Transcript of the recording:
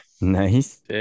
nice